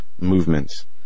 movements